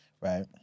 Right